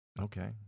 Okay